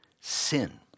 sin